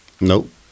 Nope